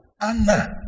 Anna